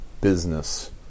business